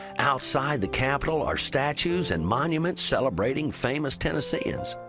outside the capitol are statues and monuments celebrating famous tennesseans.